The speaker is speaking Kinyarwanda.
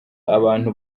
abantu